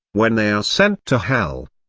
when they are sent to hell.